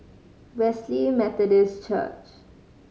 Wesley Methodist Church